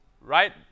right